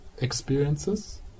experiences